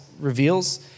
reveals